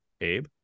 Abe